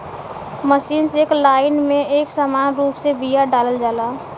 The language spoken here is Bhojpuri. मशीन से एक लाइन में एक समान रूप से बिया डालल जाला